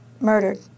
murdered